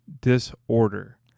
disorder